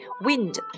Wind